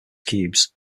cubes